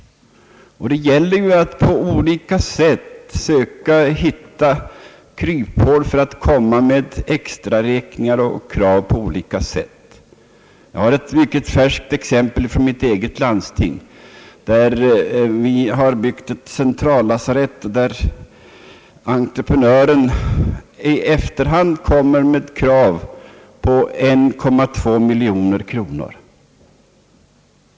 Det gäller ju att på olika sätt söka hitta kryphål för att kunna komma med extra räkningar och krav. Jag har ett mycket färskt exempel från mitt eget landsting. Vi har byggt ett centrallasarett, där entreprenören i efterhand har kommit med krav på 1,2 miljon kronor.